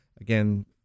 again